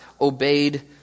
obeyed